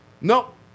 nope